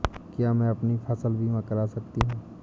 क्या मैं अपनी फसल बीमा करा सकती हूँ?